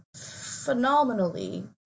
phenomenally